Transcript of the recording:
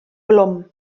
blwm